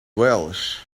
welch